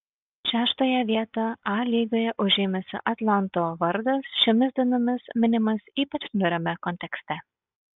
šeštąją vietą a lygoje užėmusio atlanto vardas šiomis dienomis minimas ypač niūriame kontekste